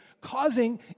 causing